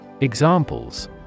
Examples